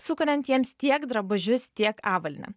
sukuriant jiems tiek drabužius tiek avalynę